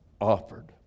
offered